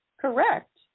correct